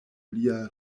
lia